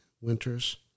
winters